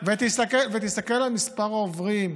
ותסתכל על מספר העוברים.